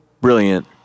brilliant